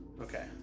Okay